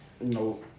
No